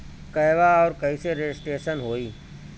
कहवा और कईसे रजिटेशन होई?